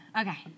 Okay